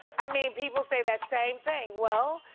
i mean, people say that same thing. well,